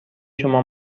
شما